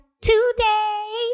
today